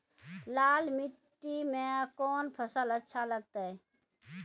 लाल मिट्टी मे कोंन फसल अच्छा लगते?